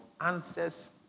answers